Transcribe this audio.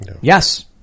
Yes